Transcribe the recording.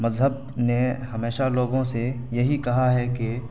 مذہب نے ہمیشہ لوگوں سے یہی کہا ہے کہ